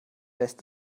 lässt